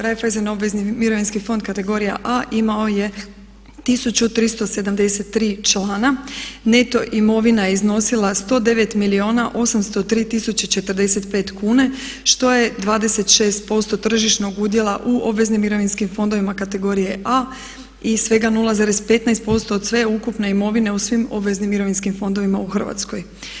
Reiffeisen obvezni mirovinski fond kategorija A imao je 1373 člana, neto imovina je iznosila 109 milijuna 803 tisuće 45 kune što je 26% tržišnog udjela u obveznim mirovinskim fondovima kategorije A i svega 0,15% od sveukupne imovine u svim obveznim mirovinskim fondovima u Hrvatskoj.